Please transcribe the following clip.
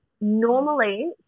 normally –